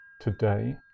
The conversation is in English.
Today